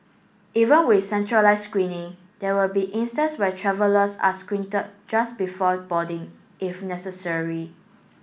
even with centralised screening there will be instance where travellers are screen just before boarding if necessary